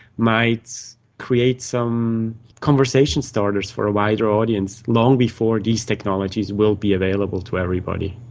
might create some conversation-starters for a wider audience, long before these technologies will be available to everybody.